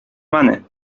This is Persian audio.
منه